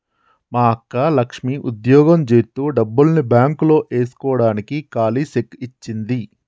మా అక్క లక్ష్మి ఉద్యోగం జేత్తు డబ్బుల్ని బాంక్ లో ఏస్కోడానికి కాలీ సెక్కు ఇచ్చింది